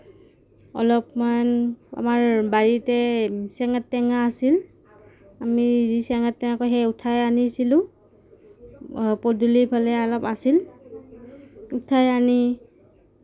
অলপমান আমাৰ বাৰীতে চেঙা টেঙা আছিল আমি সেই চেঙা টেঙা উঠাই আনিছিলোঁ পদূলিৰ ফালে অলপ আছিল উঠাই আনি